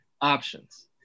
options